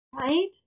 right